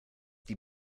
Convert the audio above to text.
die